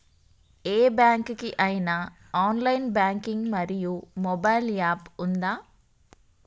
ఏ bank కి ఐనా online banking మరియు మొబైల్ యాప్ ఉందా?